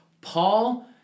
Paul